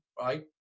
right